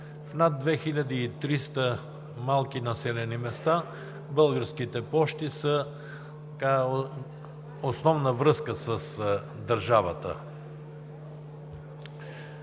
В над 2300 малки населени места Български пощи са основната връзка с държавата.